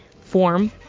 form